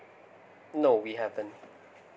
no we haven't